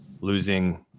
losing